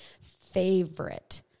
favorite